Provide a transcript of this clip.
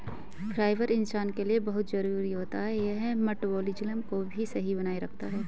fibre इंसान के लिए बहुत जरूरी होता है यह मटबॉलिज़्म को भी सही बनाए रखता है